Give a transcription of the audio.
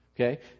Okay